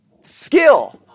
skill